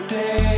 day